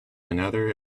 another